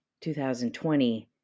2020